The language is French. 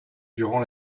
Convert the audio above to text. durant